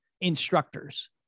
instructors